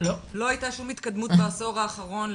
לא הייתה שום התקדמות בעשור האחרון,